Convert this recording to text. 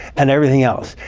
and everything else.